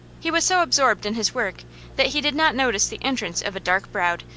he was so absorbed in his work that he did not notice the entrance of a dark-browed,